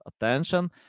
attention